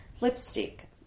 lipstick